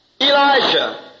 Elijah